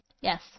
Yes